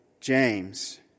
James